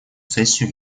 сессию